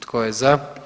Tko je za?